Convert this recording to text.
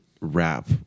rap